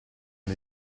non